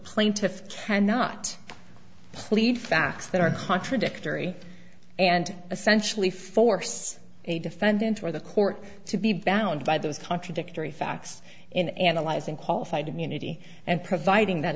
plaintiff cannot plead facts that are contradictory and essentially force a defendant or the court to be bound by those contradictory facts in analyzing qualified immunity and providing that